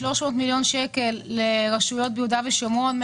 300 מיליוני שקלים לרשויות ביהודה ושומרון ,